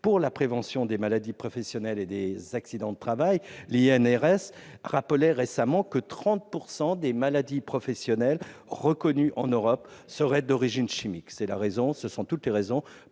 pour la prévention des maladies professionnelles et des accidents de travail, l'INRS, rappelle que 30 % des maladies professionnelles reconnues en Europe seraient d'origine chimique. Telles sont les raisons